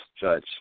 judge